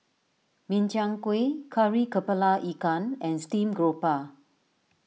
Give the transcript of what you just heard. Min Chiang Kueh Kari Kepala Ikan and Stream Grouper